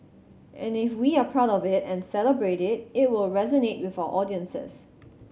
and if we are proud of it and celebrate it it will resonate with our audiences